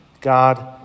God